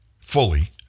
fully